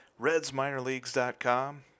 RedsMinorLeagues.com